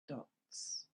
dots